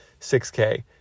6K